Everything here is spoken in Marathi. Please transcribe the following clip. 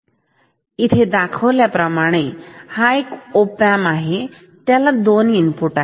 हे असे आहे की दाखवल्या्रमाणे ओ पॅन्मप असेल याला २ इनपुट असतील